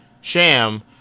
sham